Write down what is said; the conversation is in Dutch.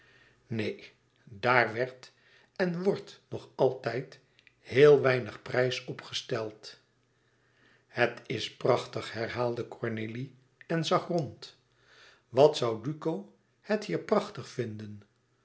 neen daar werd en wordt nog altijd heel weinig prijs op gesteld het is prachtig herhaalde cornélie en zag rond wat zal duco het hier prachtig vinden